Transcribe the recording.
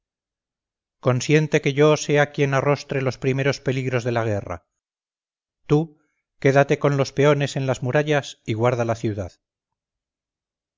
consiente que yo sea quien arrostre los primeros peligros de la guerra tú quédate con los peones en las murallas y guarda la ciudad